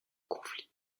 conflit